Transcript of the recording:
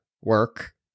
work